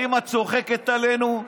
האם את צוחקת עלינו?